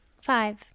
five